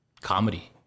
comedy